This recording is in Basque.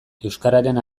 euskararen